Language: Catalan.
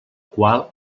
qual